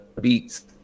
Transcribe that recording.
beats